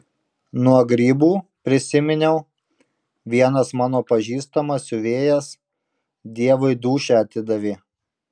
nuo grybų prisiminiau vienas mano pažįstamas siuvėjas dievui dūšią atidavė